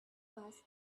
was